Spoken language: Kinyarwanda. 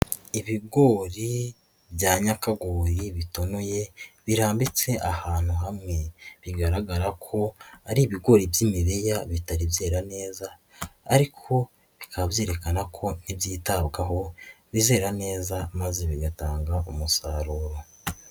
Ibigori bya nyakagori bitonoye birambitse ahantu hamwe, bigaragara ko ari ibigori by'imibeya bitari byera neza ariko bikaba byerekana ko nibyitabwaho bizera neza maze bigatanga umusaruro.